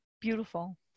beautiful